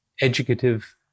educative